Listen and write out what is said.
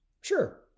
Sure